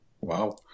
Wow